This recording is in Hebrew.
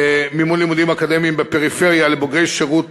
מימון לימודים אקדמיים בפריפריה לבוגרי שירות